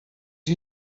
you